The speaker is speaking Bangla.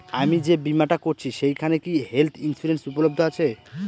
আমি যে বীমাটা করছি সেইখানে কি হেল্থ ইন্সুরেন্স উপলব্ধ আছে?